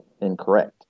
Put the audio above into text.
incorrect